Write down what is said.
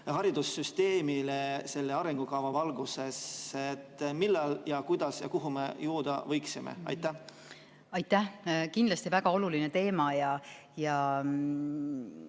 haridussüsteemile selle arengukava valguses, millal, kuidas ja kuhu me jõuda võiksime? Aitäh! Kindlasti on see väga oluline teema. Ma